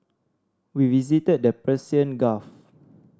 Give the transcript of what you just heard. we visited the Persian Gulf